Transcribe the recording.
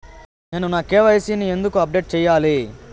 నేను నా కె.వై.సి ని ఎందుకు అప్డేట్ చెయ్యాలి?